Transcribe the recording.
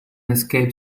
escaped